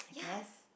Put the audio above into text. I guess